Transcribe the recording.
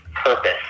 purpose